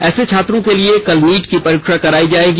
ऐसे छात्रों के लिए कल नीट की परीक्षा कराई जायेगी